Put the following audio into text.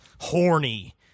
horny